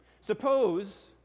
Suppose